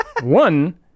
One